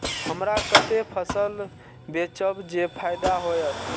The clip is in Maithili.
हमरा कते फसल बेचब जे फायदा होयत?